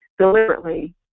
deliberately